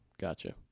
gotcha